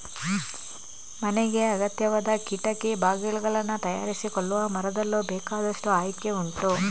ಮನೆಗೆ ಅಗತ್ಯವಾದ ಕಿಟಕಿ ಬಾಗಿಲುಗಳನ್ನ ತಯಾರಿಸಿಕೊಳ್ಳುವ ಮರದಲ್ಲೂ ಬೇಕಾದಷ್ಟು ಆಯ್ಕೆ ಉಂಟು